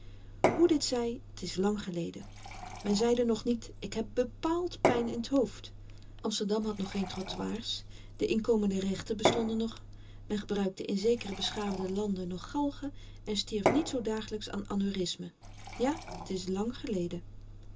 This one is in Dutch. hoe dit zy t is lang geleden men zeide nog niet ik heb bepaald pyn in t hoofd amsterdam had nog geen trottoirs de inkomende rechten bestonden nog men gebruikte in zekere beschaafde landen nog galgen en stierf niet zoo dagelyks aan anevrismen ja t is lang geleden